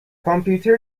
کامپیوتر